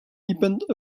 depend